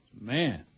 Man